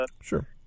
Sure